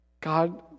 God